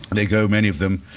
they go, many of them,